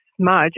smudge